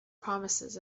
promises